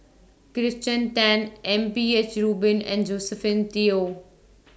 Kirsten Tan M P H Rubin and Josephine Teo